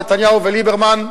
נתניהו וליברמן.